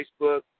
Facebook